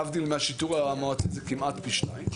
להבדיל מהשיטור המועצתי זה כמעט פי שניים.